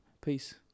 peace